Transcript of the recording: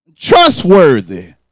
trustworthy